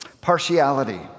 Partiality